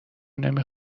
نمی